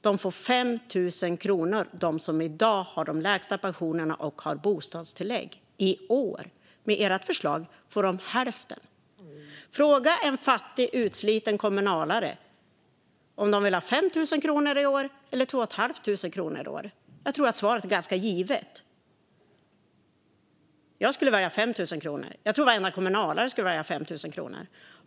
De som i dag har de lägsta pensionerna och har bostadstillägg får 5 000 kronor i år. Med ert förslag får de hälften. Fråga en fattig, utsliten kommunalare om de vill ha 5 000 kronor i år eller 2 500 kronor i år! Jag tror att svaret är ganska givet. Jag skulle välja 5 000 kronor. Jag tror att varenda kommunalare skulle välja 5 000 kronor.